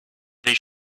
they